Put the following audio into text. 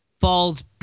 falls